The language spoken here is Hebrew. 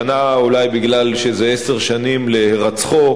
השנה, אולי מכיוון שזה עשר שנים להירצחו,